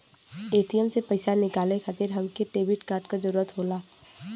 ATM से पइसा निकाले खातिर हमके डेबिट कार्ड क जरूरत होला